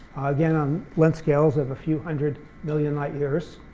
again, on length scales of a few hundred million light years,